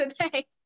today